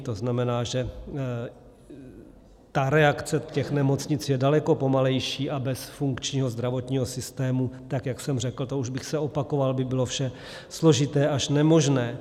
To znamená, že reakce z těch nemocnic je daleko pomalejší, a bez funkčního zdravotního systému, tak jak jsem řekl, to už bych se opakoval, by bylo vše složité až nemožné.